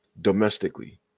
domestically